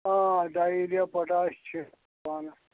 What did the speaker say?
ڈاے urea potash چھِ پانَس